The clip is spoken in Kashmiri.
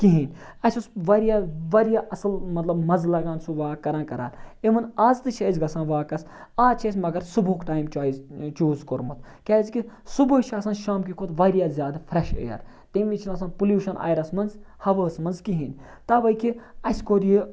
کِہیٖنۍ اَسہِ اوس واریاہ واریاہ اَصٕل مطلب مَزٕ لگان سُہ واک کَران کَران اِوٕن آز تہِ چھِ أسۍ گژھان واکَس آز چھِ أسۍ مگر صُبحُک ٹایم چویِز چوٗز کوٚرمُت کیٛازِکہِ صُبحٲے چھِ آسان شامکہِ کھۄتہٕ واریاہ زیادٕ فرٛٮ۪ش اِیَر تمہِ وِز چھِنہٕ آسان پُلیوٗشَن آیرَس منٛز ہَوۂس منٛز کِہیٖنۍ توَے کہِ اَسہِ کوٚر یہِ